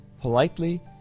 politely